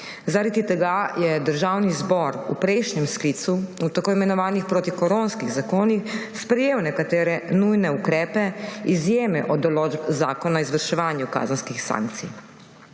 Zaradi tega je Državni zbor v prejšnjem sklicu v tako imenovanih protikoronskih zakonih sprejel nekatere nujne ukrepe, izjeme od določb Zakona o izvrševanju kazenskih sankcij.